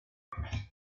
det